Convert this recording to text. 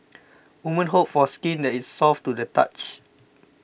women hope for skin that is soft to the touch